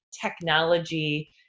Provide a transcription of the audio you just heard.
technology